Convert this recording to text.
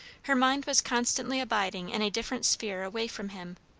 her mind was constantly abiding in a different sphere away from him,